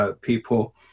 people